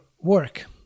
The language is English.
work